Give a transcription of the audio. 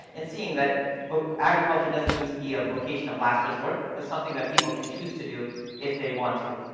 and seeing that agriculture doesn't need to be a vocation of last resort, but something that people can choose to do if they want to.